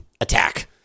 attack